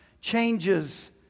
changes